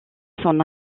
son